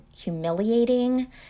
humiliating